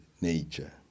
nature